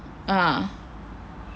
ah